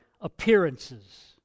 appearances